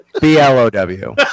B-L-O-W